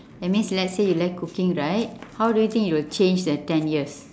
that means let's say you like cooking right how do you think it will change the ten years